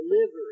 delivery